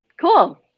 Cool